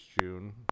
june